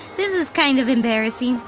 this is kind of embarrassing.